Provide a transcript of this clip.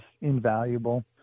invaluable